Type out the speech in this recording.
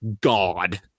god